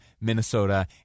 Minnesota